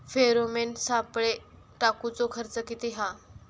Pheromone सापळे टाकूचो खर्च किती हा?